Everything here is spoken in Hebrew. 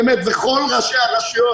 באמת זה כל ראשי הרשויות.